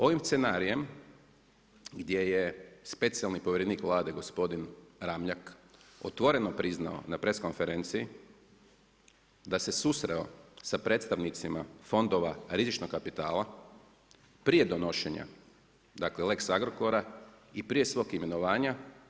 Ovim scenarijama gdje je specijalni povjerenik Vlade, gospodin Ramljak, otvorno priznao na press konferenciji da se susreo sa predstavnicima fondova rizičnog kapitala prije donošenja lex Agrokora i prije svog imenovanja.